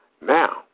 Now